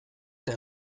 der